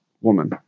woman